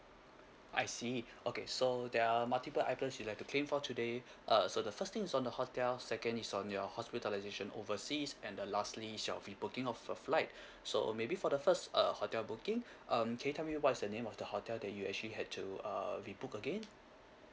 I see okay so there are multiple items you'd like to claim for today uh so the first thing is on the hotel second is on your hospitalization overseas and the lastly it shall be booking of a flight so maybe for the first uh hotel booking um can you tell me what's the name of the hotel that you actually had to uh rebook again